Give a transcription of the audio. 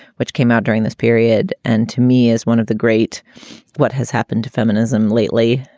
which came out during this period and to me is one of the great what has happened to feminism lately?